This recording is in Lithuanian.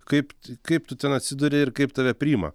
kaip kaip tu ten atsiduri ir kaip tave priima